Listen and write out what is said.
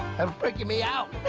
um freaking me out.